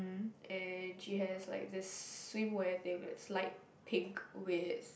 and she has like the swimwear that looked like pink with